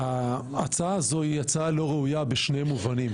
הצעה זו היא הצעה לא ראויה בשני מובנים.